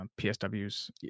PSWs